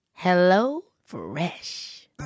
HelloFresh